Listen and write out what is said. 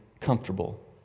comfortable